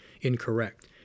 incorrect